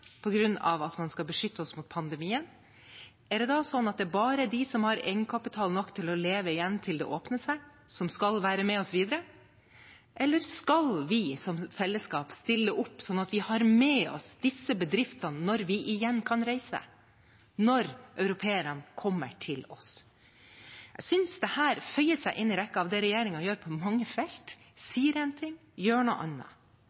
at man skal beskytte oss mot pandemien, er det bare de som har egenkapital nok til å leve til det åpner seg, som skal være med oss videre. Eller skal vi som fellesskap stille opp, slik at vi har med oss disse bedriftene når vi igjen kan reise – når europeerne kommer til oss? Jeg synes dette føyer seg inn i rekken av det regjeringen gjør på mange felt: sier én ting, gjør noe annet.